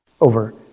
over